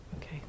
Okay